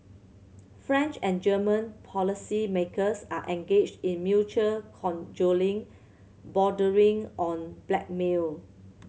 French and German policymakers are engaged in mutual cajoling bordering on blackmail